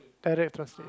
direct translate